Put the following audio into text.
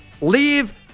Leave